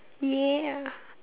yeah